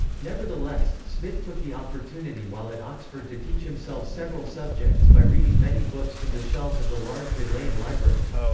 nevertheless, smith took the opportunity while at oxford to teach himself several subjects by reading many books from the shelves of the large bodleian library.